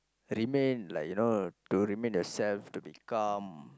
remain like you know to remain yourself to be calm